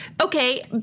Okay